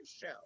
show